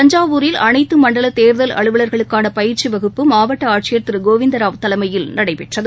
தஞ்சாவூரில் அனைத்தமண்டலதேர்தல் அலுவலர்களுக்கானபயிற்சிவகுப்பு மாவட்டஆட்சியர் திருகோவிந்தராவ் தலைமையில் இன்றுநடைபெற்றது